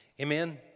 Amen